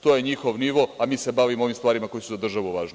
To je njihov nivo, a mi se bavimo ovim stvarima koji su za državu važni.